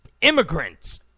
immigrants